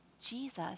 Jesus